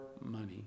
money